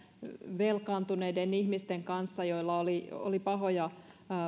velkaantuneiden ihmisten kanssa joilla on pahoja